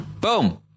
boom